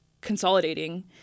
consolidating